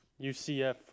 UCF